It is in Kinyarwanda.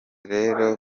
rero